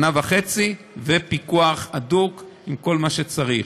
שנה וחצי ופיקוח הדוק עם כל מה שצריך.